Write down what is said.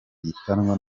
gihanwa